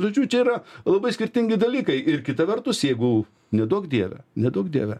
žodžiu čia yra labai skirtingi dalykai ir kita vertus jeigu neduok dieve neduok dieve